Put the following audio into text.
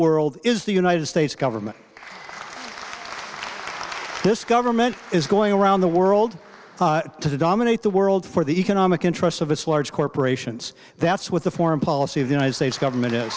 world is the united states government this government is going around the world to dominate the world for the economic interests of its large corporations that's what the foreign policy of the united states government